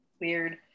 Weird